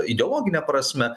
ideologine prasme